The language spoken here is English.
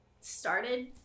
started